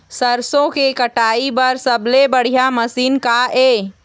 सरसों के कटाई बर सबले बढ़िया मशीन का ये?